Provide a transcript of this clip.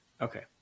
Okay